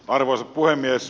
arvoisa puhemies